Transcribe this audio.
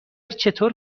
چطور